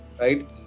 right